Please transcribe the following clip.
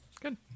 Good